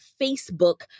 Facebook